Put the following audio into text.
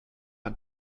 ein